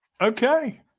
Okay